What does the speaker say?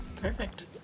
Perfect